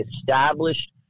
established